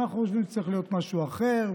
אנחנו חושבים שצריך להיות משהו אחר,